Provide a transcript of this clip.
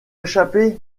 échapper